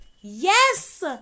Yes